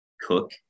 cook